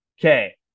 Okay